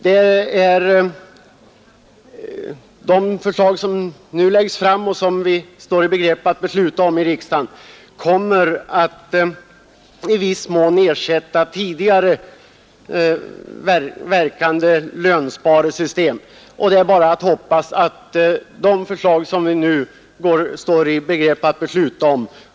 Det system som nu föreslås och som vi står i begrepp att besluta om kommer att i viss mån ersätta tidigare lönsparandesystem, och det är bara att hoppas att uppslutningen kring förslagen blir stor.